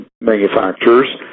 manufacturers